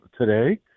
today